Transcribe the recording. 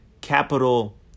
capital